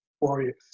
warriors